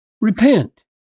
repent